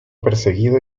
perseguido